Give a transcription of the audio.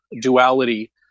duality